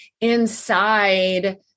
inside